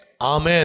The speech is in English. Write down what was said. Amen